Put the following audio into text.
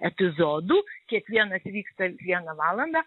epizodų kiekvienas vyksta vieną valandą